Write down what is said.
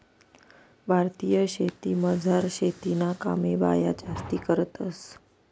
भारतीय शेतीमझार शेतीना कामे बाया जास्ती करतंस